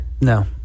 No